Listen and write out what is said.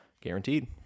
guaranteed